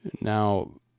Now